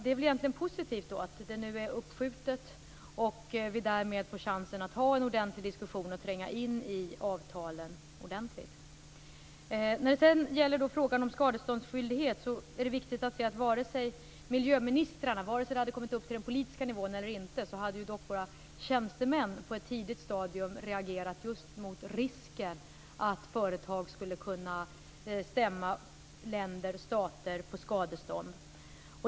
Det är positivt att avtalet är uppskjutet och vi får chansen till en ordentlig diskussion och att tränga oss in i avtalen. Sedan var det frågan om skadeståndsskyldighet. Vare sig frågan hade kommit upp på politisk nivå eller inte, hade tjänstemännen reagerat på ett tidigt stadium just mot risken att företag skulle kunna stämma stater på skadestånd.